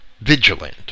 vigilant